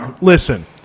Listen